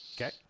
Okay